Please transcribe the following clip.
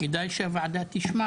כדאי שהוועדה תשמע